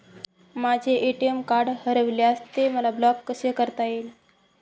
माझे ATM card हरविल्यास ते मला ब्लॉक कसे करता येईल?